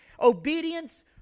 Obedience